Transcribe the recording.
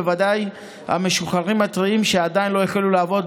בוודאי המשוחררים הטריים שעדיין לא החלו לעבוד,